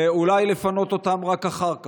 ואולי לפנות אותם רק אחר כך?